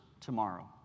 tomorrow